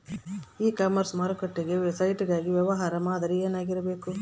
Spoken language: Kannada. ಇ ಕಾಮರ್ಸ್ ಮಾರುಕಟ್ಟೆ ಸೈಟ್ ಗಾಗಿ ವ್ಯವಹಾರ ಮಾದರಿ ಏನಾಗಿರಬೇಕು?